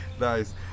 nice